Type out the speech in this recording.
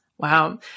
Wow